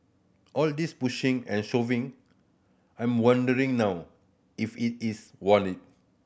all this pushing and shoving I'm wondering now if it is worth it